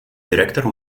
dyrektor